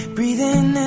Breathing